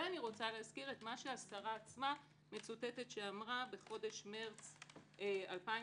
ואני רוצה להזכיר את מה שהשרה עצמה מצוטטת שאמרה בחודש מרס 2016,